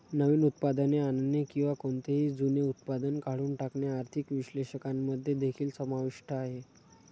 नवीन उत्पादने आणणे किंवा कोणतेही जुने उत्पादन काढून टाकणे आर्थिक विश्लेषकांमध्ये देखील समाविष्ट आहे